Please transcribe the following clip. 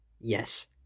yes